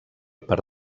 per